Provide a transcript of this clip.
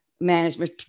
management